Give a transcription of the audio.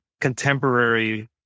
contemporary